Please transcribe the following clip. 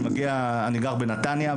אני גר בנתניה.